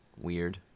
weird